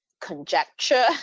conjecture